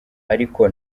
ariko